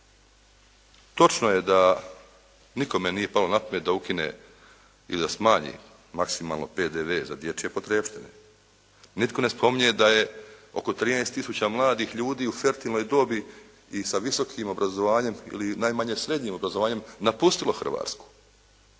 Točno je da nikome nije palo na pamet da ukine i da smanji maksimalno PDV za dječje potrepštine. Nitko ne spominje da je oko 13 tisuća mladih ljudi u fertilnoj dobi i sa visokim obrazovanjem ili sa najmanje srednjim obrazovanjem napustilo Hrvatsku.